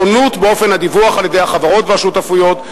שונים באופן הדיווח על-ידי החברות והשותפויות,